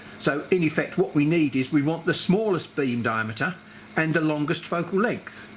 so in effect what we need is we want the smallest beam diameter and the longest focal length.